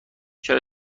چرا